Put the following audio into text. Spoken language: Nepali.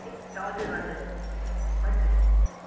त्यही त हजुर हजुर हजुर हजुर